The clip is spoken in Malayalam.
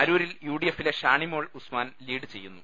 അരൂരിൽ യുഡിഎഫിലെ ഷാനി മോൾ ഉസ്മാൻ ലീഡ് ചെയ്യുന്നു